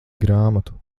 grāmatu